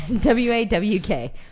W-A-W-K